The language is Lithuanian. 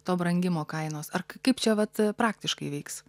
to brangimo kainos ar kaip čia vat praktiškai veiks